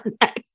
next